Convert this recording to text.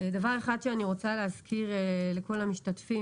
דבר אחד שאני רוצה להזכיר לכל המשתתפים,